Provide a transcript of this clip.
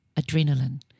adrenaline